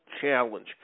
challenge